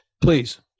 Please